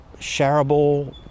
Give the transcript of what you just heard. shareable